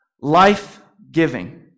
Life-giving